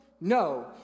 No